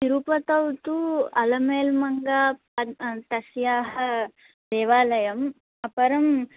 तिरुपतौ तु अलमेल् मङ्गा तस्याः देवालयम् अपरम्